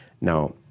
Now